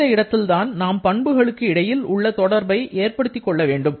இந்த இடத்தில்தான் நாம் பண்புகளுக்கு இடையில் உள்ள தொடர்பை ஏற்படுத்திக் கொள்ள வேண்டும்